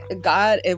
god